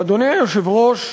אדוני היושב-ראש,